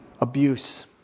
abuse